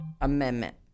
amendment